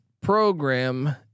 program